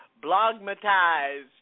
blogmatized